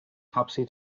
topsy